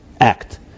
act